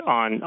on